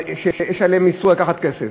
שאין עליהם איסור לקחת כסף.